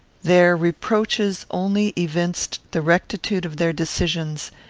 their reproaches only evinced the rectitude of their decisions,